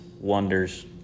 wonders